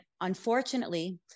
unfortunately